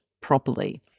properly